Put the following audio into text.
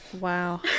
Wow